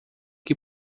que